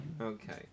Okay